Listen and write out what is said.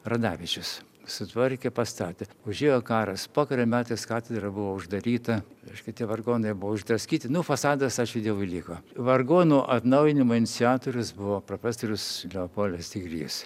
radavičius sutvarkė pastatė užėjo karas pokario metais katedra buvo uždaryta reiškia tie vargonai buvo išdraskyti nu fasadas ačiū dievui liko vargonų atnaujinimui iniciatorius buvo profesorius leopoldas digrys